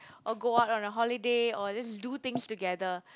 or go out on a holiday or just do things together